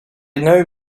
know